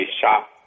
shop